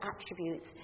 attributes